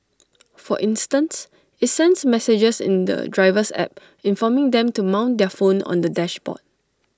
for instance IT sends messages in the driver's app informing them to mount their phone on the dashboard